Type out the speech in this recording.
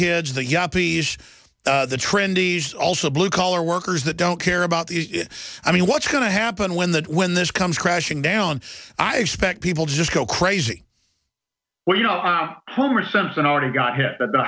kids the yuppies the trendies also blue collar workers that don't care about the i mean what's going to happen when that when this comes crashing down i expect people to just go crazy well you know i homer simpson already got hit